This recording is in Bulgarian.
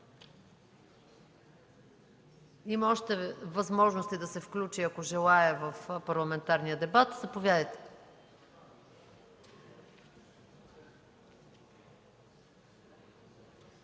Има още възможности да се включи, ако желае, в парламентарния дебат. Заповядайте.